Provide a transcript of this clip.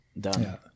done